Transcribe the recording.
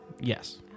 Yes